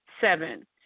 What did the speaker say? Seven